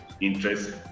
interest